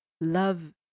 Love